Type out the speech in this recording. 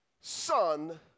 son